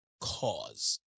cause